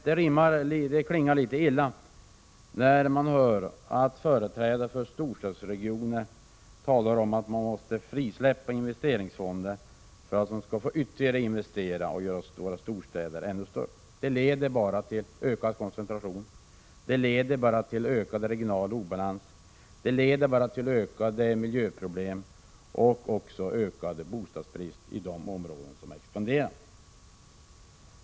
Det klingar illa att höra företrädare för storstadsregionerna tala om att man måste frisläppa investeringsfonderna för att storstadsregionerna skall få göra ytterligare investeringar och göra våra storstäder ännu större. Det leder bara till ökad koncentration, till ökad regional obalans, till ökade miljöproblem och ökad bostadsbrist i de områden som expanderar.